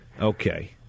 Okay